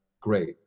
great